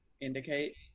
indicate